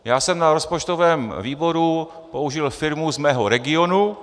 Já jsem na rozpočtovém výboru použil firmu z mého regionu.